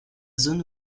zone